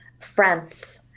France